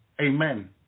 Amen